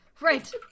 right